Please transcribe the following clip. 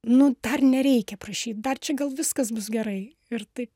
nu dar nereikia prašyt dar čia gal viskas bus gerai ir taip